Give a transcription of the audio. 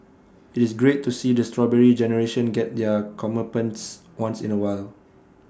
IT is great to see the Strawberry Generation get their comeuppance once in A while